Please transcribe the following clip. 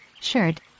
shirt